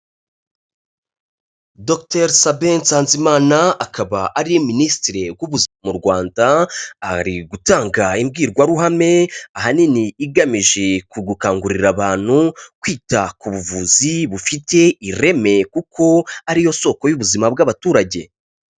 Doctor Sabin Nsanzimana akaba ari Minisitire w'Ubuzima mu Rwanda, ari gutanga imbwirwaruhame ahanini igamije kugukangurira abantu kwita ku buvuzi bufite ireme kuko ariyo soko y'ubuzima bw'abaturage.